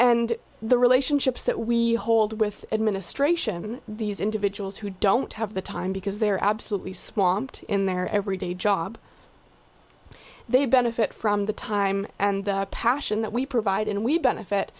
and the relationships that we hold with administration these individuals who don't have the time because they're absolutely small in their every day job they benefit from the time and passion that we provide and we benefit